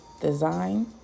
Design